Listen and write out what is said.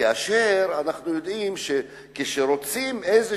כאשר אנחנו יודעים, כשרוצים איזו